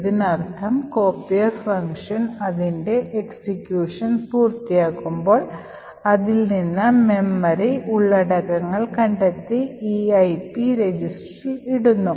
ഇതിനർത്ഥം copier function അതിന്റെ execution പൂർത്തിയാക്കുമ്പോൾ അതിൽ നിന്ന് മെമ്മറി ഉള്ളടക്കങ്ങൾ കണ്ടെത്തി EIP രജിസ്റ്ററിൽ ഇടുന്നു